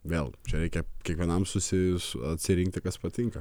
vėl prireikia kiekvienam susijus atsirinkti kas patinka